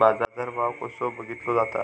बाजार भाव कसो बघीतलो जाता?